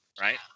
right